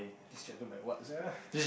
strapped to by what sia